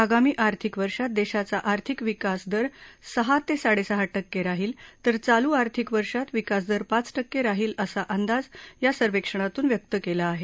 आगामी आर्थिक वर्षात देशाचा आर्थिक विकास दर सहा ते साडेसहा टक्के राहील तर चालु आर्थिक वर्षात विकासदर पाच टक्के राहील असा अंदाज या सर्वेक्षणातून व्यक्त केला आहे